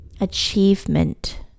achievement